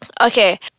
Okay